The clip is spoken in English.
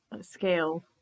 scale